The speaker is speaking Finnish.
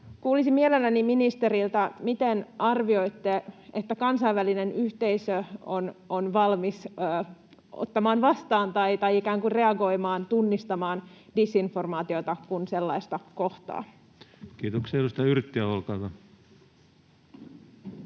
Kuulisin mielelläni ministeriltä: miten arvioitte, että kansainvälinen yhteisö on valmis ottamaan vastaan tai ikään kuin reagoimaan, tunnistamaan disinformaatiota, kun sellaista kohtaa? Kiitoksia. — Edustaja Yrttiaho, olkaa hyvä.